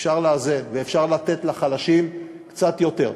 אפשר לאזן, ואפשר לתת לחלשים קצת יותר.